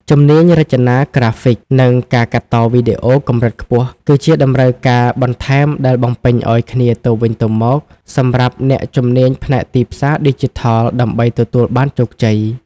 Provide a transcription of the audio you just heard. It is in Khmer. ជំនាញរចនាក្រាហ្វិក និងការកាត់តវីដេអូកម្រិតខ្ពស់ គឺជាតម្រូវការបន្ថែមដែលបំពេញឱ្យគ្នាទៅវិញទៅមកសម្រាប់អ្នកជំនាញផ្នែកទីផ្សារឌីជីថលដើម្បីទទួលបានជោគជ័យ។